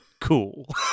cool